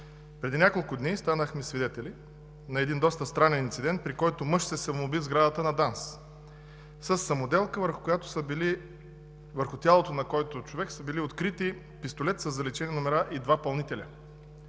Преди няколко дни станахме свидетели на един доста странен инцидент, при който мъж се самоуби в сградата на ДАНС със самоделка, върху тялото на който са били открити пистолет със заличени номера и два пълнителя.